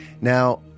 Now